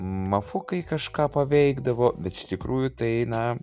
mafukai kažką paveikdavo bet iš tikrųjų tai na